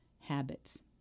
habits